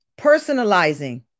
Personalizing